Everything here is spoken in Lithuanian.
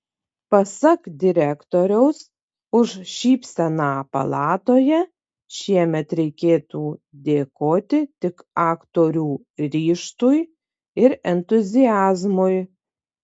pasak direktoriaus už šypseną palatoje šiemet reikėtų dėkoti tik aktorių ryžtui ir entuziazmui